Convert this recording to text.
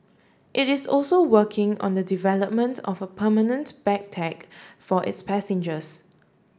it is also working on the development of a permanent bag tag for its passengers